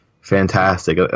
fantastic